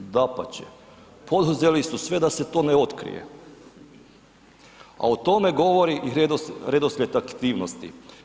Dapače, poduzeli su sve da se to ne otkrije, a o tome govori i redoslijed aktivnosti.